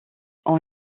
ont